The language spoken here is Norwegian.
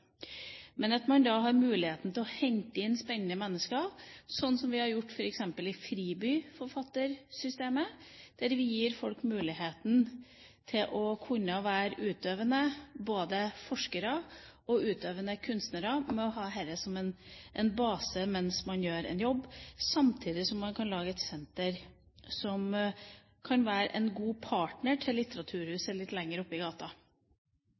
men med mulighet til å hente inn spennende mennesker, som vi har gjort f.eks. i fribyforfattersystemet, der vi gir folk, både forskere og utøvende kunstnere, muligheten til å kunne være utøvende ved å ha dette som en base mens de gjør en jobb, samtidig som man lager et senter som kan være en god partner til Litteraturhuset litt lenger oppe i gata.